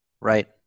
Right